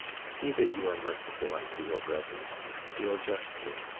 see that you are merciful unto your brethren deal justly,